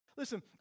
Listen